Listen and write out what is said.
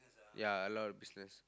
ya a lot of business